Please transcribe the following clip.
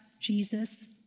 Jesus